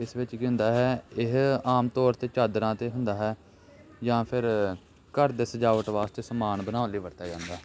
ਇਸ ਵਿੱਚ ਕੀ ਹੁੰਦਾ ਹੈ ਇਹ ਆਮ ਤੌਰ 'ਤੇ ਚਾਦਰਾਂ 'ਤੇ ਹੁੰਦਾ ਹੈ ਜਾਂ ਫਿਰ ਘਰ ਦੇ ਸਜਾਵਟ ਵਾਸਤੇ ਸਮਾਨ ਬਣਾਉਣ ਲਈ ਵਰਤਿਆ ਜਾਂਦਾ